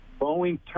Boeing